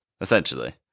Essentially